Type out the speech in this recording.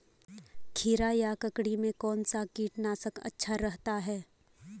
खीरा या ककड़ी में कौन सा कीटनाशक अच्छा रहता है?